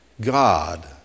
God